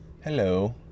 Hello